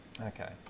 Okay